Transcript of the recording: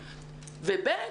ובי"ת,